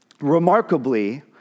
remarkably